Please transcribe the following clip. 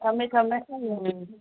ꯊꯝꯃꯦ ꯊꯝꯃꯦ ꯎꯝ